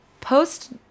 post